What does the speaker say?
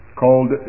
called